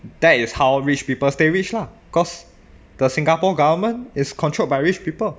that is how rich people stay rich lah cause the singapore government is controlled by rich people